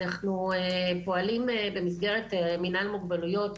אנחנו פועלים במסגרת מינהל מוגבלויות,